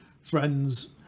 friends